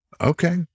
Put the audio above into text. Okay